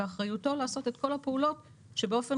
באחריותו לעשות את כל הפעולות שבאופן